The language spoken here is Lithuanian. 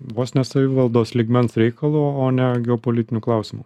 vos ne savivaldos lygmens reikalu o ne geopolitiniu klausimu